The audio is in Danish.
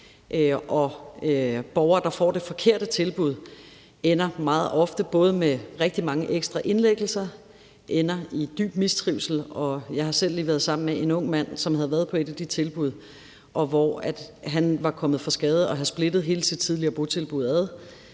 og borgere, der får det forkerte tilbud, ender meget ofte både med rigtig mange ekstra indlæggelser og ender i dyb mistrivsel. Jeg har selv lige været sammen med en ung mand, som havde været på et af de tilbud, og han var kommet for skade at have splittet hele sit tidligere botilbud ad,